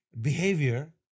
behavior